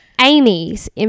Amy's